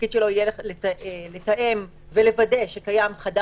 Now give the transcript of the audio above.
התפקיד שלו יהיה לתאם ולוודא שקיים חדר